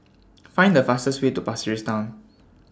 Find The fastest Way to Pasir Ris Town